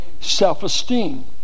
self-esteem